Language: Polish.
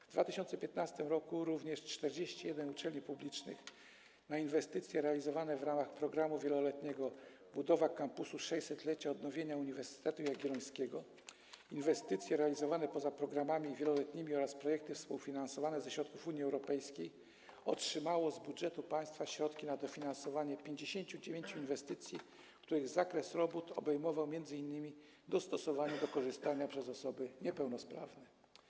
W 2015 r. również 41 uczelni publicznych, jeśli chodzi o inwestycje realizowane w ramach programu wieloletniego „Budowa kampusu 600-lecia odnowienia Uniwersytetu Jagiellońskiego”, inwestycje realizowane poza programami wieloletnimi oraz projekty współfinansowane ze środków Unii Europejskiej, otrzymało z budżetu państwa środki na dofinansowanie 59 inwestycji, których zakres robót obejmował m.in. dostosowanie do korzystania przez osoby niepełnosprawne.